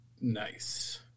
Nice